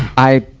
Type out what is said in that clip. i,